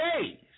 days